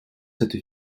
cette